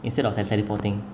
instead of tele~ teleporting